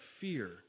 fear